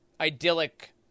idyllic